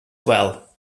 well